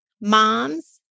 moms